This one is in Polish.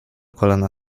kolana